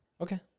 Okay